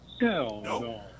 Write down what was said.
no